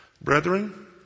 Brethren